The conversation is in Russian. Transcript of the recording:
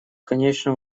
конечно